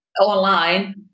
online